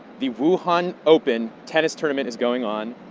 the wuhan open tennis tournament is going on.